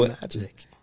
Magic